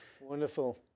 Wonderful